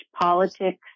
politics